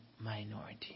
minority